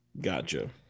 Gotcha